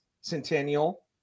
Centennial